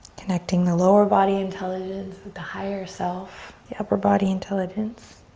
connecting the lower body intelligence with the higher self, the upper body intelligence.